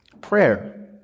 Prayer